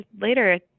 later